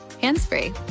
hands-free